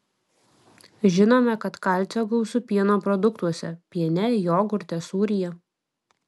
žinome kad kalcio gausu pieno produktuose piene jogurte sūryje